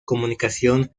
comunicación